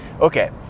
Okay